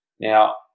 Now